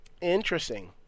Interesting